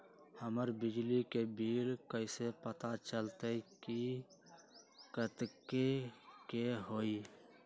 हमर बिजली के बिल कैसे पता चलतै की कतेइक के होई?